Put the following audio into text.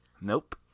Nope